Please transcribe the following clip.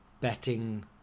betting